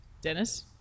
Dennis